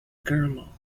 girdle